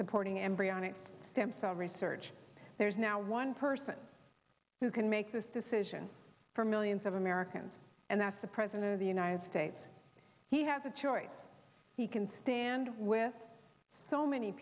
supporting embryonic stem cell research there's now one person who can make this decision for millions of americans and that's the president of the united states he has a choice he can stand with so many